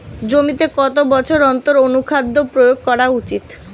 জমিতে কত বছর অন্তর অনুখাদ্য প্রয়োগ করা উচিৎ?